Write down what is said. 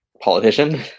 politician